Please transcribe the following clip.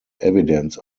evidence